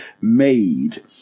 made